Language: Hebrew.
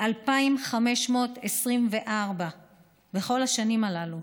2,524 בכל השנים הללו.